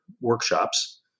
workshops